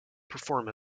perform